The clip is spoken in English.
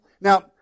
Now